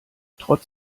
trotz